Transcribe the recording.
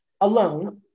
alone